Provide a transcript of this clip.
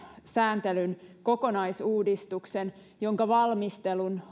sääntelyn kokonaisuudistuksen jonka valmistelun